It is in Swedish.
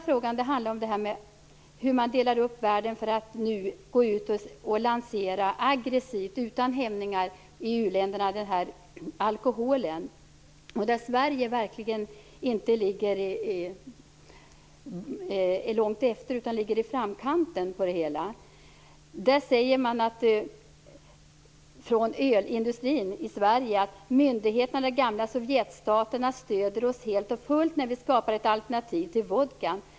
Vidare handlar det om frågan om hur man delar upp världen för att nu aggressivt och utan hämningar lansera alkohol i u-länderna lansera. Sverige ligger inte långt efter andra länder där. Snarare ligger nog Sverige i framkanten där. Det sägs från ölindustrin i Sverige: Myndigheterna i de gamla Sovjetstaterna stöder oss helt och fullt när vi skapar ett alternativ till vodkan.